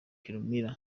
kirumira